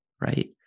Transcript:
Right